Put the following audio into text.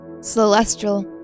Celestial